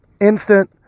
instant